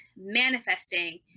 manifesting